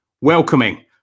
welcoming